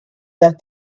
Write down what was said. that